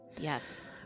Yes